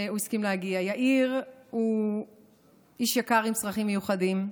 יאיר הוא איש יקר עם צרכים מיוחדים.